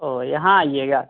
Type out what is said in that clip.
तो यहाँ आइएगा